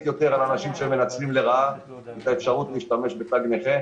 יותר על אנשים שמנצלים לרעה את האפשרות להשתמש בתו נכה,